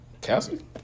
Cassie